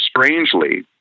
strangely